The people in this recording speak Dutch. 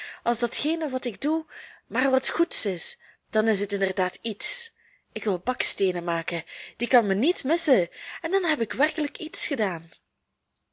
als datgene wat ik doe maar wat goeds is dan is het inderdaad iets ik wil baksteenen maken die kan men niet missen en dan heb ik werkelijk iets gedaan